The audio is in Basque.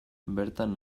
bertan